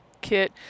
kit